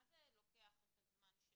מה זה לוקח את הזמן?